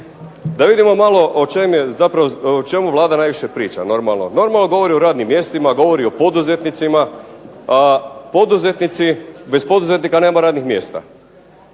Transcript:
je zapravo, o čemu Vlada najviše priča normalno. Normalno govori o radnim mjestima, govori o poduzetnicima, a poduzetnici, bez poduzetnika nema radnih mjesta.